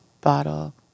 bottle